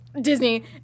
Disney